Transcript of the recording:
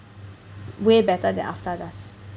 way better than Aftar does